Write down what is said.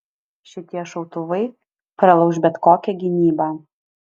šitie šautuvai pralauš bet kokią gynybą